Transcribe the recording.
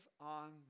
on